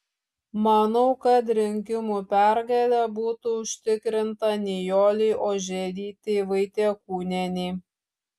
manau kad rinkimų pergalė būtų užtikrinta nijolei oželytei vaitiekūnienei